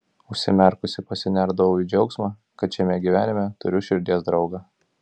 užsimerkusi pasinerdavau į džiaugsmą kad šiame gyvenime turiu širdies draugą